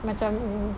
macam